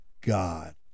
God